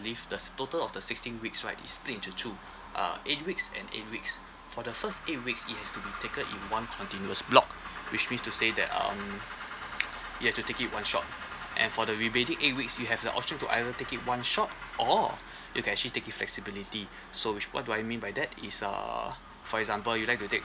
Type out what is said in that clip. leave the s~ total of the sixteen weeks right is split into two uh eight weeks and eight weeks for the first eight weeks it has to be taken in one continuous block which means to say that um you have to take it one shot and for the remaining eight weeks you have the option to either take it one shot or you can actually take it flexibility so which what do I mean by that is uh for example you'd like to take